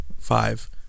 Five